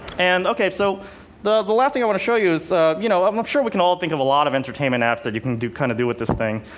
and so the the last thing i want to show you is you know um i'm sure we can all think of a lot of entertainment apps that you can do kind of do with this thing.